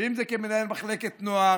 ואם זה כמנהל מחלקת נוער,